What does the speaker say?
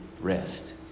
Rest